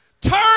Turn